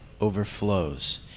overflows